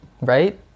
right